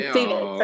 David